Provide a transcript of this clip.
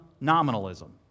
nominalism